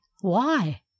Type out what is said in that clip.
why